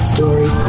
Story